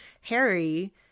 Harry